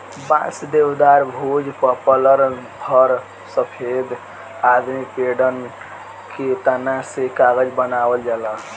बांस, देवदार, भोज, पपलर, फ़र, सफेदा आदि पेड़न के तना से कागज बनावल जाला